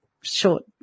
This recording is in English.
Short